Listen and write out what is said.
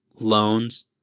loans